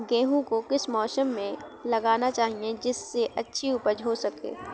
गेहूँ को किस मौसम में लगाना चाहिए जिससे अच्छी उपज हो सके?